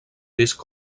disc